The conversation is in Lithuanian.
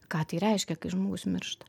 ką tai reiškia kai žmogus miršta